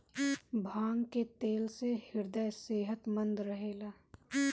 भांग के तेल से ह्रदय सेहतमंद रहेला